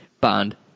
Bond